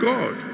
God